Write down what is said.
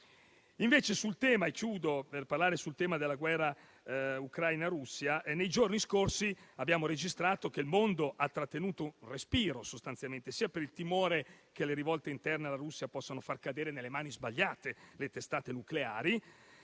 citando il tema della guerra tra Ucraina e Russia. Nei giorni scorsi abbiamo registrato che il mondo ha trattenuto il respiro, sia per il timore che le rivolte interne alla Russia possano far cadere nelle mani sbagliate le testate nucleari,